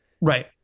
right